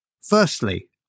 Firstly